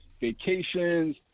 vacations